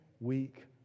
week